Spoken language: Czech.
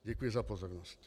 Děkuji za pozornost.